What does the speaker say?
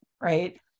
Right